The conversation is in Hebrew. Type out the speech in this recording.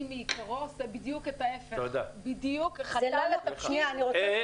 מעיקרו עושה בדיוק ההפוך וחוטא לתפקיד.